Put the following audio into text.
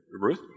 Ruth